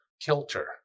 kilter